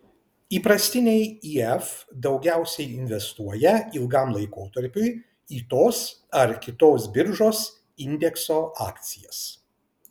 įprastiniai if daugiausiai investuoja ilgam laikotarpiui į tos ar kitos biržos indekso akcijas